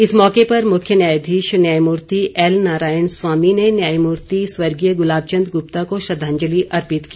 इस मौके पर मुख्य न्यायाधीश न्यायमूर्ति एल नारायण स्वामी ने न्यायमूर्ति गुलाब चंद गुप्ता को श्रद्धांजलि अर्पित की